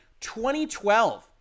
2012